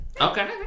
Okay